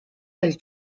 del